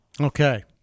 Okay